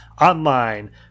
online